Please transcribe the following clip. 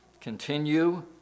continue